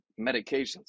medications